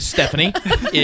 Stephanie